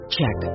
Check